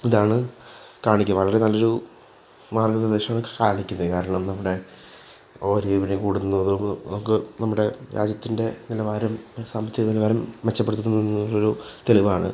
ഇതാണ് വളരെ നല്ലൊരു മാർഗ നിർദ്ദേശമാണു കാണിക്കുന്നത് കാരണം നമ്മടെ ഓഹരി വിപണി കൂടുന്നതും നമുക്ക് നമ്മുടെ രാജ്യത്തിൻ്റെ നിലവാരം സാമ്പത്തിക നിലവാരം മെച്ചപ്പെടുത്തുന്നു എന്നുള്ളൊരു തെളിവാണ്